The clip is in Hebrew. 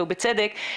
ובצדק,